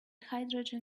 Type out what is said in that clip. hydrogen